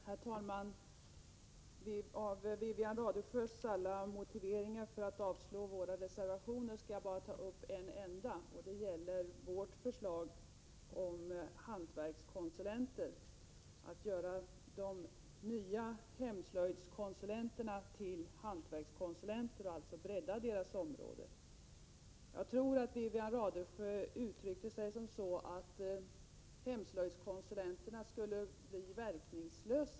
Herr talman! Jag skall bara beröra en enda av Wivi-Anne Radesjös alla motiveringar för att avslå våra motioner. Det gäller vårt förslag om att också göra de nya hemslöjdskonsulenterna till hantverkskonsulenter och alltså bredda deras verksamhetsområde. Jag tror att Wivi-Anne Radesjö uttryckte det så, att hemslöjdskonsulenterna skulle bli verkningslösa.